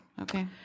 Okay